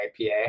ipa